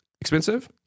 expensive